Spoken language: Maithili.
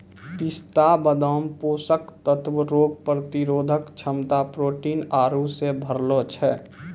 पिस्ता बादाम पोषक तत्व रोग प्रतिरोधक क्षमता प्रोटीन आरु से भरलो छै